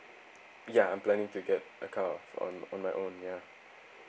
ya I'm planning to get a car on on my own ya